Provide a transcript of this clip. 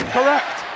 Correct